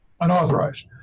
Unauthorized